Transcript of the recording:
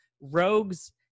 rogues